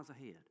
ahead